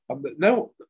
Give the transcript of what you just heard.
No